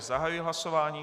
Zahajuji hlasování.